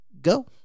go